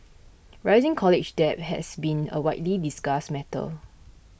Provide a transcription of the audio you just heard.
rising college debt has been a widely discussed matter